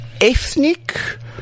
ethnic